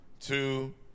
two